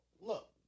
look